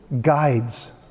Guides